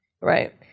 right